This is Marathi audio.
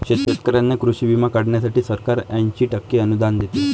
शेतकऱ्यांना कृषी विमा काढण्यासाठी सरकार ऐंशी टक्के अनुदान देते